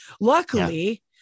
Luckily